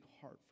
heart